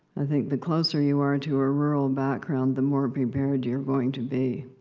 i think the closer you are to a rural background, the more prepared you you are going to be,